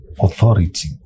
authority